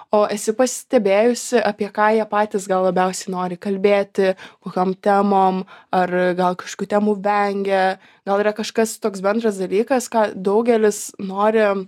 o esi pastebėjusi apie ką jie patys gal labiausiai nori kalbėti kokiom temom ar gal kažkokių temų vengia gal yra kažkas toks bendras dalykas ką daugelis nori